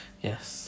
Yes